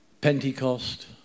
Pentecost